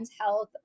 Health